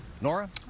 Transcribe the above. Nora